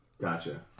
gotcha